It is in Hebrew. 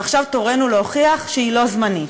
ועכשיו תורנו להוכיח שהיא לא זמנית,